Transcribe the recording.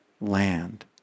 land